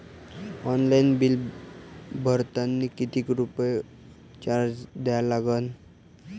Online bill भरतानी कितीक रुपये चार्ज द्या लागन?